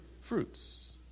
Fruits